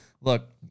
Look